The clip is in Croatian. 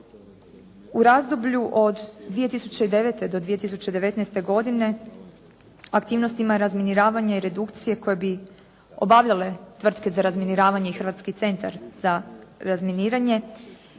U razdoblju od 2009. do 2019. godine aktivnostima razminiravanja i redukcije koje bi obavljale tvrtke za razminiravanje i Hrvatski centar za razminiranje